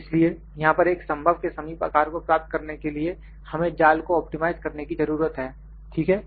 इसलिए यहां पर एक संभव के समीप आकार को प्राप्त करने के लिए हमें जाल को ऑप्टिमाइज करने की जरूरत है ठीक है